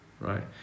right